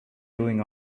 doing